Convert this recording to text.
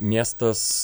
į miestas